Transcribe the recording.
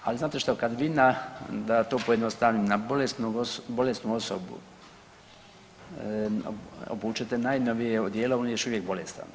Ali znate što, kad vi na, da to pojednostavnim na bolesnu osobu obučete najnovije odijelo on je još uvijek bolestan.